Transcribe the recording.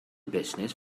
business